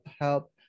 help